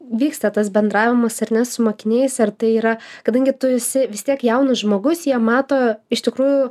vyksta tas bendravimas ar ne su mokiniais ar tai yra kadangi tu esi vis tiek jaunas žmogus jie mato iš tikrųjų